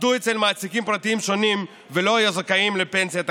עבדו אצל מעסיקים פרטיים שונים ולא היו זכאים לפנסיה תקציבית,